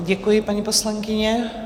Děkuji, paní poslankyně.